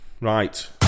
Right